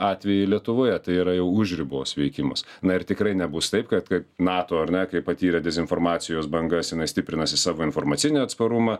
atvejai lietuvoje tai yra jau už ribos veikimas na ir tikrai nebus taip kad kad nato ar ne kai patyrė dezinformacijos bangas jinai stiprinasi savo informacinį atsparumą